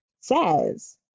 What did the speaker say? says